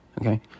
okay